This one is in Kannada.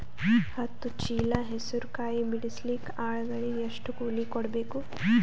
ಹತ್ತು ಚೀಲ ಹೆಸರು ಕಾಯಿ ಬಿಡಸಲಿಕ ಆಳಗಳಿಗೆ ಎಷ್ಟು ಕೂಲಿ ಕೊಡಬೇಕು?